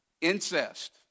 Incest